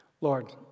Lord